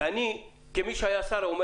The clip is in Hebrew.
ואני כמי שהיה שר אומר